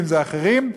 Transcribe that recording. אם אחרים,